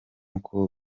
uko